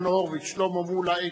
ולכן ההערה היא לא אליה.